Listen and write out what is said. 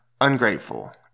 ungrateful